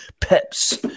Pep's